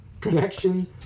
connection